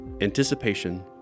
anticipation